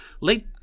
late